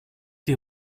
die